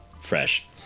fresh